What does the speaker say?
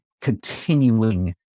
continuing